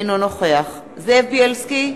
אינו נוכח זאב בילסקי,